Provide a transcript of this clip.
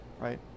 right